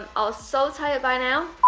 i'm ah so tired by now,